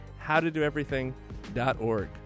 howtodoeverything.org